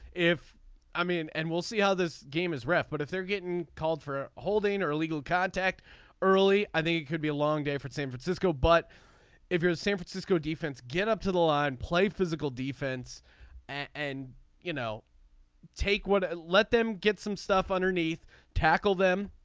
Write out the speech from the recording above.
if i mean and we'll see how this game is ref but if they're getting called for holding or illegal contact early i think it could be a long day for san francisco but if you're a san francisco defense get up to the line and play physical defense and you know take what let them get some stuff underneath tackle them.